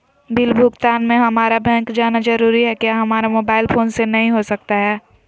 Bill भुगतान में हम्मारा बैंक जाना जरूर है क्या हमारा मोबाइल फोन से नहीं हो सकता है?